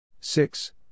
six